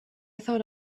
thought